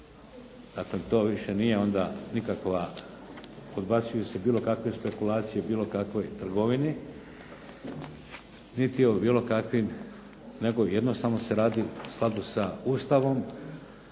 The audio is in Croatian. Dakle to više nije onda nikakva, odbacuju se bilo kakve spekulacije o bilo kakvoj trgovini, niti o bilo kakvim, nego jednostavno se radi u skladu sa Ustavom,